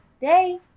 day